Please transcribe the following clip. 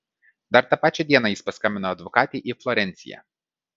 dar tą pačią dieną jis paskambina advokatei į florenciją